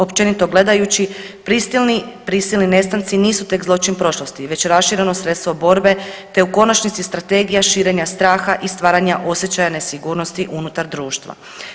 Općenito gledajući, prisilni nestanci nisu tek zločin prošlosti, već rašireno sredstvo borbe, te u konačnici strategija širenja straha i stvaranja osjećaja nesigurnosti unutar društva.